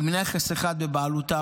עם נכס אחד בבעלותם,